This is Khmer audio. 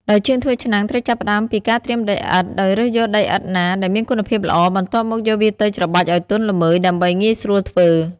ដោយជាងធ្វើឆ្នាំងត្រូវចាប់ផ្ដើមពី ការត្រៀមដីឥដ្ឋ ដោយរើសយកដីឥដ្ឋណាដែលមានគុណភាពល្អ បន្ទាប់មកយកវាទៅច្របាច់ឲ្យទន់ល្មើយដើម្បីងាយស្រួលធ្វើ។